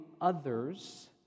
others